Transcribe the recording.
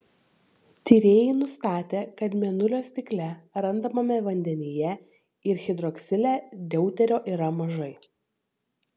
tyrėjai nustatė kad mėnulio stikle randamame vandenyje ir hidroksile deuterio yra mažai